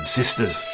sisters